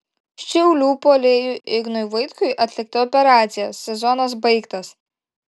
šiaulių puolėjui ignui vaitkui atlikta operacija sezonas baigtas